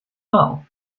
well